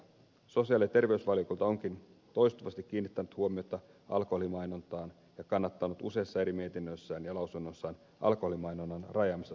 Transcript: sosiaali ja terveysvaliokunta onkin toistuvasti kiinnittänyt huomiota alkoholimainontaan ja kannattanut useissa eri mietinnöissään ja lausunnoissaan alkoholimainonnan rajaamista tuotetietojen esittämiseen